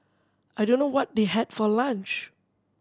I don't know what they had for lunch